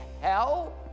hell